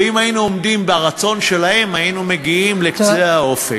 ואם היינו עומדים ברצון שלהם היינו מגיעים לקצה האופק.